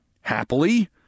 Happily